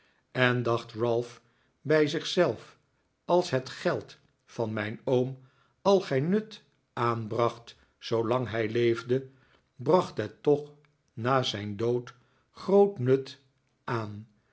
en dacht ralph bij zich zelf als het geld van mijn oom al geen nut aanbracht zoolang hij leefde bracht het toch na zijn dood groot nut aan